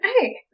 Hey